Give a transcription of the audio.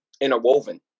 interwoven